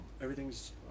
everything's